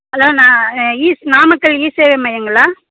hello Namakkal e சேவை மையம்ங்களா